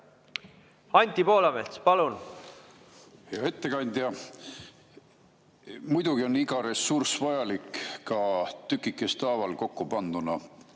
Anti Poolamets, palun! Hea ettekandja! Muidugi on iga ressurss vajalik ka tükikeste haaval kokkupanduna.